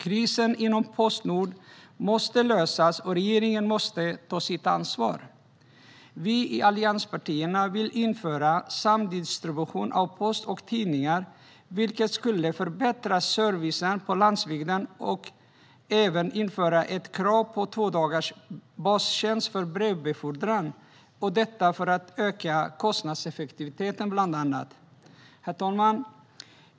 Krisen inom Postnord måste lösas, och regeringen måste ta sitt ansvar. Vi i allianspartierna vill införa samdistribution av post och tidningar, vilket skulle förbättra servicen på landsbygden. Vi vill även införa ett krav på tvådagars bastjänst för brevbefordran, detta bland annat för att öka kostnadseffektiviteten. Herr talman!